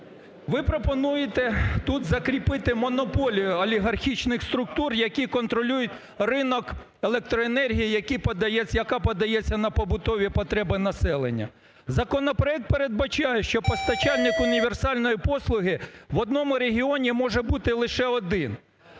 Ви пропонуєте тут закріпити монополію олігархічних структур, які контролюють ринок електроенергії, яка подається на побутові потреби населення. Законопроект передбачає, що постачальник універсальної послуги в одному регіоні може бути лише один,